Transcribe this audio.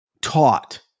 taught